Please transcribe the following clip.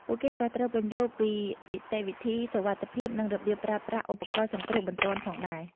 ពួកគេក៏ត្រូវពន្យល់ពីនីតិវិធីសុវត្ថិភាពនិងរបៀបប្រើប្រាស់ឧបករណ៍សង្គ្រោះបន្ទាន់ផងដែរ។